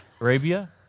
Arabia